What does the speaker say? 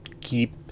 keep